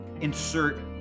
insert